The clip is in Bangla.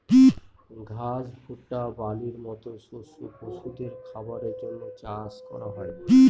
ঘাস, ভুট্টা, বার্লির মতো শস্য পশুদের খাবারের জন্য চাষ করা হোক